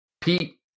Pete